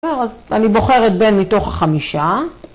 ‫אז אני בוחרת בן מתוך החמישה.